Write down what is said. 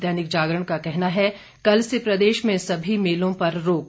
दैनिक जागरण का कहना है कल से प्रदेश में सभी मेलों पर रोक